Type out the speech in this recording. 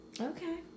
Okay